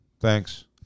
thanks